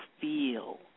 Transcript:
feel